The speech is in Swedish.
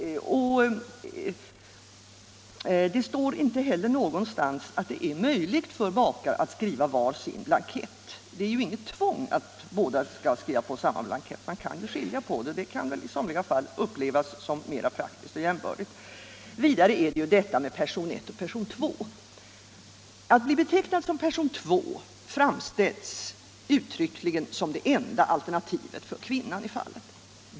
Det står inte heller någonstans att det är möjligt för makar att skriva var sin blankett. Men det är ju inget tvång att båda två skall skriva på samma blankett. En sådan uppdelning kan i somliga fall upplevas som mera praktisk och jämlik. Vidare gäller det detta med person 1 och person 2. Att bli betecknad som person 2 framställs uttryckligen som det enda alternativet för kvinnan i detta fall.